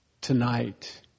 tonight